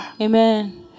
Amen